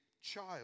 child